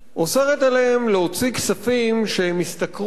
אוסרת עליהם להוציא כספים שהם השתכרו